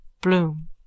Bloom